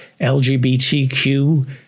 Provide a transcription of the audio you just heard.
lgbtq